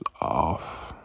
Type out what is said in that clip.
off